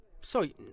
Sorry